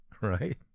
right